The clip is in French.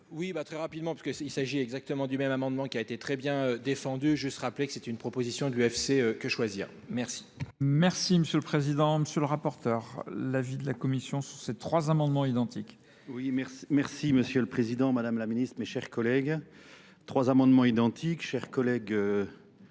Oui, très rapidement, parce qu'il s'agit exactement du même amendement qui a été très bien défendu. Je se rappelais que c'est une proposition de l'UFC que choisir. Merci. Merci Monsieur le Président. Monsieur le rapporteur, l'avis de la Commission sur ces trois amendements identiques. Oui, merci Monsieur le Président, Madame la Ministre, mes chers collègues. Trois amendements identiques. Chers collègues,